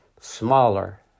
smaller